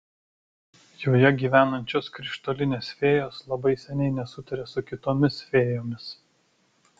joje gyvenančios krištolinės fėjos labai seniai nesutaria su kitomis fėjomis